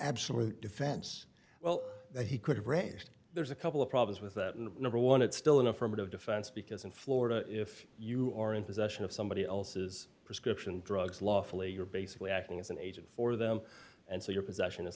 bsolute defense well that he could have raised there's a couple of problems with that and number one it's still an affirmative defense because in florida if you are in possession of somebody else's prescription drugs lawfully you're basically acting as an agent for them and so your possession